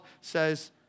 says